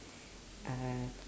uh